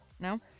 No